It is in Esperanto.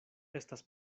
estas